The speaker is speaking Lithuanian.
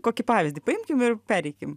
kokį pavyzdį paimkim ir pereikim